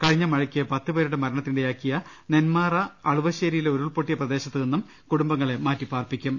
കഴിഞ്ഞ മഴയ്ക്ക് പത്തുപേരുടെ മരണത്തിനിട യാക്കിയ നെന്മാറ അളുവശ്ശേരിയിലെ ഉരുൾപൊട്ടിയ പ്രദേശത്തു നിന്നും കുടുംബങ്ങളെ മാറ്റിപാർപ്പിക്കും